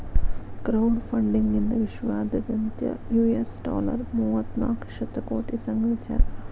crowd funding ನಿಂದಾ ವಿಶ್ವದಾದ್ಯಂತ್ US dollar ಮೂವತ್ತನಾಕ ಶತಕೋಟಿ ಸಂಗ್ರಹಿಸ್ಯಾರ